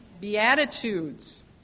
Beatitudes